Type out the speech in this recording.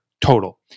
total